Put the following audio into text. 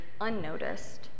unnoticed